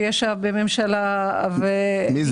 שישב בממשלה --- מי זה?